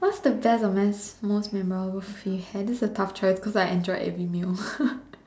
what's the best or most most memorable feast you had that's a tough choice cause I enjoyed every meal